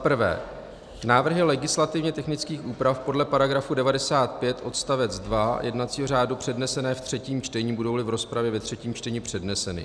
1. Návrhy legislativně technických úprav podle § 95 odst. 2 jednacího řádu přednesené v třetím čtení, budouli v rozpravě ve třetím čtení předneseny.